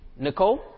Nicole